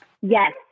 Yes